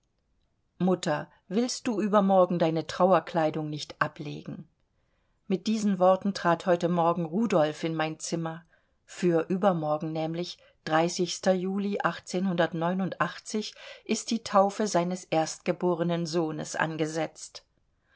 mutter willst du übermorgen deine trauerkleidung nicht ablegen mit diesen worten trat heute morgens rudolf in mein zimmer für übermorgen nämlich juli ist die taufe seines erstgebornen sohnes angesetzt